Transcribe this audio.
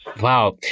Wow